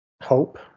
Hope